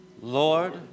Lord